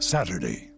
Saturday